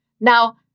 Now